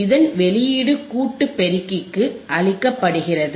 இதன் வெளியீடு கூட்டு பெருக்கிக்கு அளிக்கப்படுகிறது